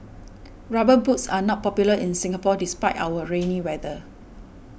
rubber boots are not popular in Singapore despite our rainy weather